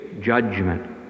judgment